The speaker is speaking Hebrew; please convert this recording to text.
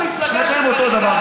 שניכם אותו דבר.